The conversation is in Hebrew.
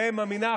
ראם עמינח,